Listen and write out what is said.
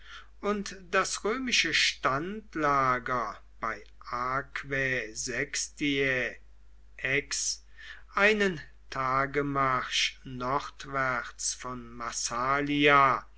und das römische standlager bei aquae sextiae aix einen tagemarsch nordwärts von massalia